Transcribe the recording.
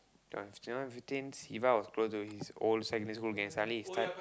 two thousand and fifteen Siva was close to his old secondary school gang suddenly he start